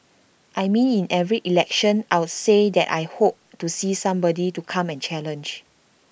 I mean in every election I will say that I hope to see somebody to come and challenge